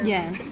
Yes